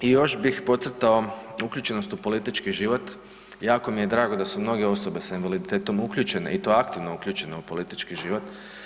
I još bih podcrtao uključenost u politički život, jako mi je drago da su mnoge osobe s invaliditetom uključene i to aktivno uključene u politički život.